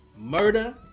Murder